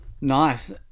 Nice